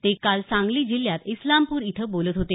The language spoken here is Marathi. ते काल सांगली जिल्ह्यात इस्लामपूर इथं बोलत होते